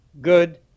good